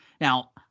Now